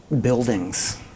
buildings